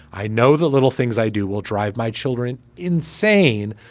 i know the little things i do will drive my children insane.